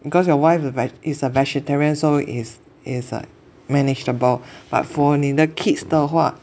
because your wife is a is a vegetarian so is is err manageable but for 你的 kids 的话